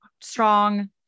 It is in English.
strong